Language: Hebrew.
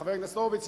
חבר הכנסת הורוביץ,